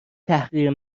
تحقیر